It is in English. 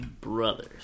Brothers